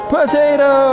Potato